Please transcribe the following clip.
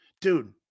Dude